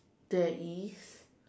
there is